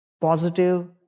positive